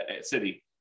city